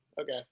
Okay